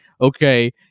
Okay